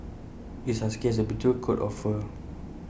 this husky has A beautiful coat of fur